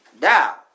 Now